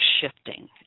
shifting